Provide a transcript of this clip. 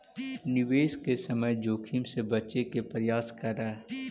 निवेश के समय जोखिम से बचे के प्रयास करऽ